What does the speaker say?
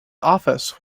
office